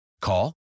Call